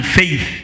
faith